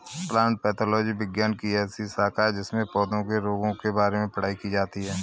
plant pathology विज्ञान की ऐसी शाखा है जिसमें पौधों के रोगों के बारे में पढ़ाई की जाती है